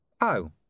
Oh